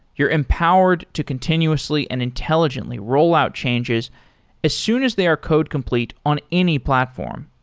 you're empowered to continuously and intelligently roll out changes as soon as they are code complete on any platform,